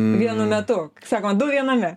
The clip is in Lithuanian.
vienu metu kaip sakoma du viename